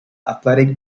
athletic